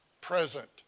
present